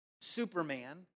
Superman